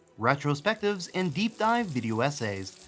retrospectives and deep dive video essays.